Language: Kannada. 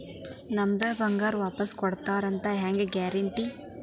ನಮ್ಮದೇ ಬಂಗಾರ ವಾಪಸ್ ಕೊಡ್ತಾರಂತ ಹೆಂಗ್ ಗ್ಯಾರಂಟಿ?